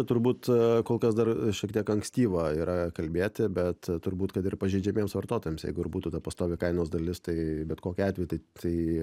turbūt kol kas dar šiek tiek ankstyva yra kalbėti bet turbūt kad ir pažeidžiamiems vartotojams jeigu ir būtų ta pastovi kainos dalis tai bet kokiu atveju tai tai